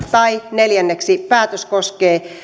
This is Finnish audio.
neljänneksi silloin kun päätös koskee